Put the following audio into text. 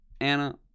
Anna